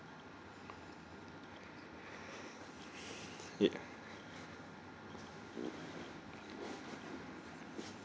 ya